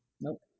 Nope